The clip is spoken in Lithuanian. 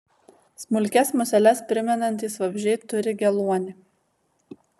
smulkias museles primenantys vabzdžiai turi geluonį